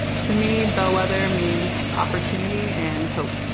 to me, bellwether means opportunity and hope.